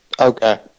Okay